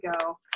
go